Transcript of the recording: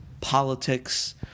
politics